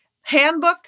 Handbook